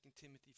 Timothy